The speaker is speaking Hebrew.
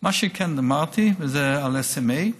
מה שכן אמרתי, וזה היה על SMA,